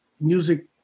music